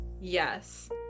Yes